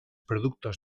productos